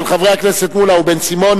של חברי הכנסת מולה ובן-סימון.